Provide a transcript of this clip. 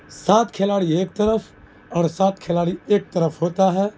سات کھلاڑی ایک طرف اور سات کھلاڑی ایک طرف ہوتا ہے